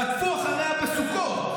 רדפו אחריה בסוכות,